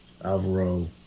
Alvaro